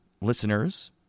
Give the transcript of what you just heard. listeners